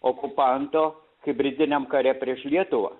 okupanto hibridiniam kare prieš lietuvą